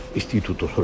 istituto